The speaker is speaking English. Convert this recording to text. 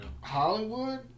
Hollywood